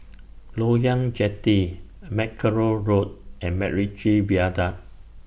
Loyang Jetty Mackerrow Road and Macritchie Viaduct